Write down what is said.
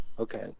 Okay